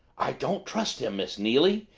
i don't trust him, miss neily!